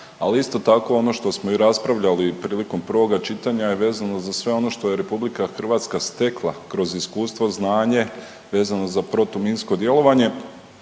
ali isto tako i ono što smo i raspravljali prilikom prvoga čitanja je vezano za sve ono što je RH stekla kroz iskustvo, znanje, vezano za protuminsko djelovanje